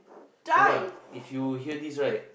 ya lah if you hear this right